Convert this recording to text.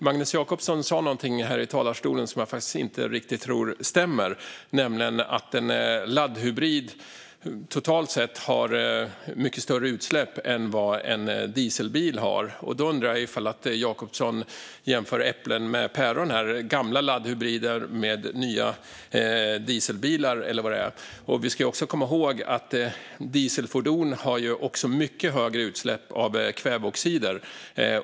Magnus Jacobsson sa någonting i talarstolen som jag faktiskt inte tror stämmer, nämligen att en laddhybrid har mycket större utsläpp än vad en dieselbil har. Jag undrar om Jacobsson jämför äpplen och päron här - gamla laddhybrider med nya dieselbilar - eller vad det handlar om. Vi ska också komma ihåg att dieselfordon har mycket högre utsläpp av kväveoxider.